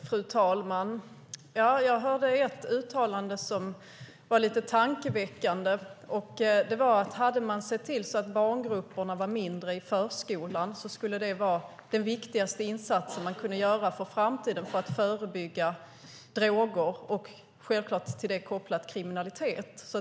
Fru talman! Jag hörde ett uttalande som var lite tankeväckande: Om man såg till att barngrupperna var mindre i förskolan skulle det vara den viktigaste insats man kunde göra inför framtiden för att förebygga droganvändning och - självklart kopplat till denna - kriminalitet.